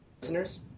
listeners